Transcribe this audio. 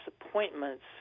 appointments